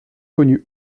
connue